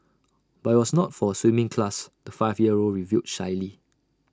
but IT was not for A swimming class the five year old revealed shyly